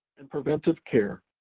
and preventive care,